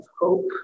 hope